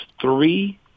three